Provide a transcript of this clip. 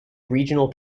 regional